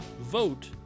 vote